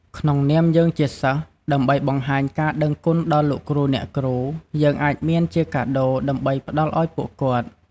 ក្នុងនាមយើងជាសិស្ស ដើម្បីបង្ហាញការដឹងគុណដល់លោកគ្រូ អ្នកគ្រូ យើងអាចមានជាកាដូរដើម្បីផ្តល់ឲ្យពួកគាត់។